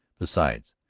besides,